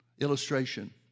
illustration